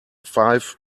five